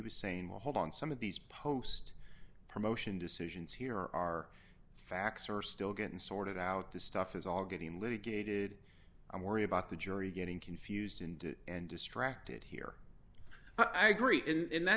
was saying well hold on some of these post promotion decisions here are facts are still getting sorted out this stuff is all getting litigated and worry about the jury getting confused and and distracted here i agree